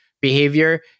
behavior